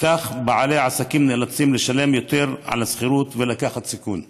וכך בעלי העסקים נאלצים לשלם יותר על השכירות ולקחת סיכון גדול.